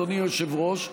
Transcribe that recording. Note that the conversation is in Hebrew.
אדוני היושב-ראש,